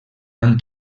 han